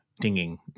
dinging